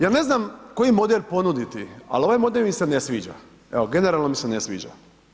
Ja ne znam koji model ponuditi ali ovaj model mi se ne sviđa, evo, generalno mi se ne sviđa.